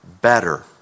better